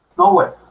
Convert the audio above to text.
no way?